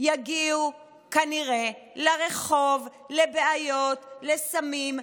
יגיע כנראה לרחוב, לבעיות, לסמים.